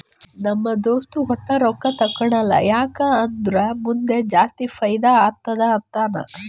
ನಮ್ ದೋಸ್ತ ವಟ್ಟೆ ರೊಕ್ಕಾ ತೇಕೊಳಲ್ಲ ಯಾಕ್ ಅಂದುರ್ ಮುಂದ್ ಜಾಸ್ತಿ ಫೈದಾ ಆತ್ತುದ ಅಂತಾನ್